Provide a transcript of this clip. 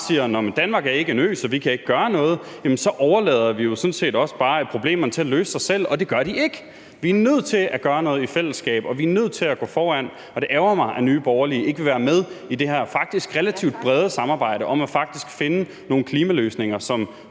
men Danmark er ikke en ø, så vi kan ikke gøre noget, jamen så overlader vi jo sådan set også bare problemerne til at løse sig selv, og det gør de ikke. Vi er nødt til at gøre noget i fællesskab, og vi er nødt til at gå foran, og det ærgrer mig, at Nye Borgerlige ikke vil være med i det her faktisk relativt brede samarbejde om faktisk at finde nogle klimaløsninger,